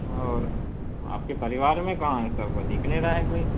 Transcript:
और आपके परिवार में कहाँ है सब दिख नहीं रहा है कोई